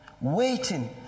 waiting